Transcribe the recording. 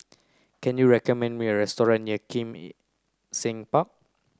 can you recommend me a restaurant near Kim Seng Park